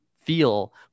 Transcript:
feel